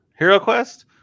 HeroQuest